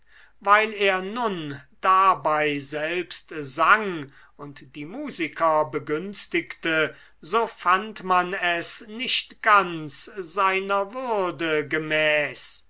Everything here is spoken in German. weil er nun dabei selbst sang und die musiker begünstigte so fand man es nicht ganz seiner würde gemäß